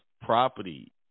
property